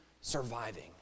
surviving